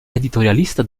editorialista